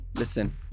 listen